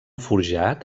forjat